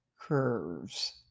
curves